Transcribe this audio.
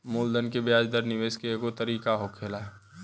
मूलधन के ब्याज दर निवेश के एगो तरीका होखेला